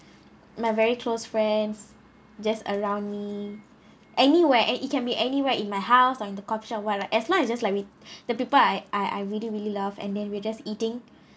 my very close friends just around me anywhere and it can be anywhere in my house or in the coffee shop or what lah as long as just like we the people I I really really love and then we're just eating